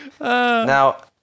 Now